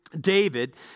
David